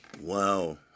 Wow